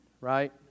right